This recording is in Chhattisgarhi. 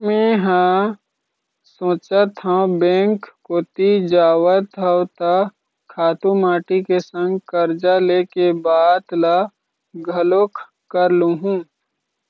मेंहा सोचत हव बेंक कोती जावत हव त खातू माटी के संग करजा ले के बात ल घलोक कर लुहूँ